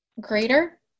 greater